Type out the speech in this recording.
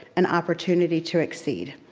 and opportunity to exceed.